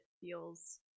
feels